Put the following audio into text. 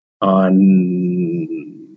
on